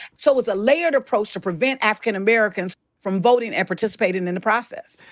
so it was a layered approach to prevent african americans from voting and participating in the process.